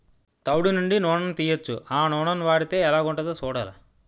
తవుడు నుండి నూనని తీయొచ్చు ఆ నూనని వాడితే ఎలాగుంటదో సూడాల